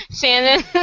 Shannon